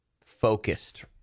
focused